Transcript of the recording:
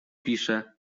piszę